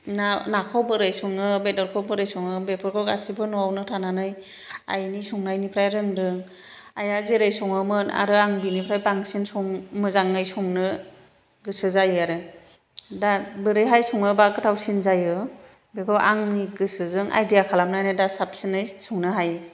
ना नाखौ बोरै सङो बेदरखौ बोरै सङो बेफोरखौ गासैबो न'आवनो थानानै आइनि संनायनिफ्राय रोंदों आइआ जेरै सङोमोन आरो आं बिनिफ्राय बांसिन मोजाङै संनो गोसो जायो आरो दा बोरैहाय सङोब्ला गोथावसिन जायो बेखौ आंनि गोसोजों आइडिया खालामनानै दा साबसिनै संनो हायो